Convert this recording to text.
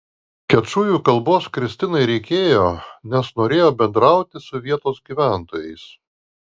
kečujų kalbos kristinai reikėjo nes norėjo bendrauti su vietos gyventojais